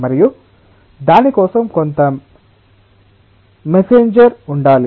మరియు దాని కోసం కొంత మెసేన్జర్ ఉండాలి